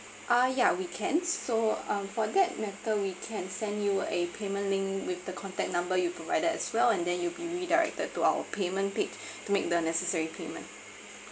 uh yeah we can so um for that matter we can send you a payment link with the contact number you provided as well and then you'll be redirected to our payment page to make the necessary payment